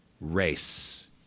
race